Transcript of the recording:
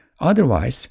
otherwise